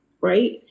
Right